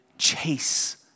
chase